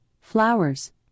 flowers